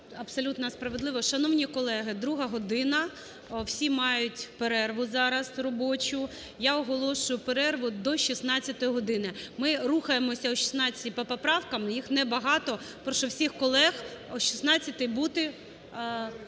абсолютно справедливо. Шановні колеги, друга година, всі мають перерву зараз робочу. Я оголошую перерву до 16-ї години. Ми рухаємося о 16-й по поправках, їх небагато, прошу всіх колег о 16-й бути.